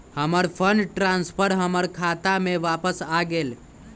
हमर fund transfer हमर खाता में वापस आ गेल